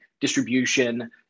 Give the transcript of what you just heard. distribution